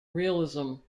realism